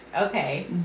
Okay